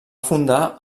fundar